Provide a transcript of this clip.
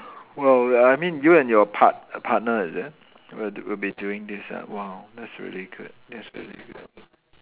well I mean you and your part~ partner is it will d~ will be doing this ah !wow! that's really good that's really good